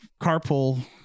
carpool